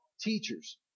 teachers